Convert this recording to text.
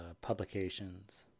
publications